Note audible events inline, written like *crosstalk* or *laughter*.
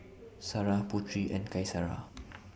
*noise* Sarah Putri and Qaisara *noise*